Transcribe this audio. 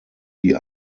die